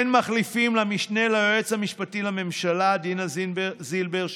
אין מחליפים למשנה ליועצת המשפטית לממשלה דינה זילבר,